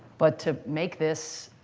but to make this